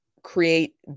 create